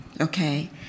Okay